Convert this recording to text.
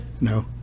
No